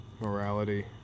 morality